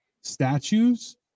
statues